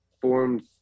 forms